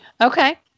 Okay